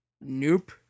nope